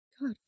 God